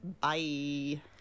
bye